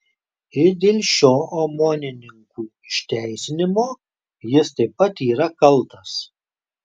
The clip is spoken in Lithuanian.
ir dėl šio omonininkų išteisinimo jis taip pat yra kaltas